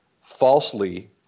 falsely